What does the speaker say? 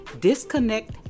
Disconnect